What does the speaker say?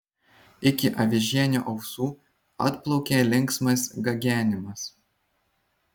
iki avižienio ausų atplaukė linksmas gagenimas